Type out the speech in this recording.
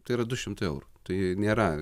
tai yra du šimtai eurų tai nėra